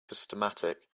systematic